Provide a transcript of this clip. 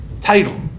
title